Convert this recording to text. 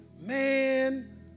man